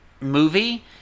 movie